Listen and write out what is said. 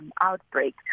outbreak